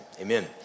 Amen